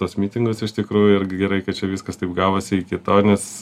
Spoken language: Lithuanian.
tos mitingus iš tikrųjų irgi gerai kad čia viskas taip gavosi iki to nes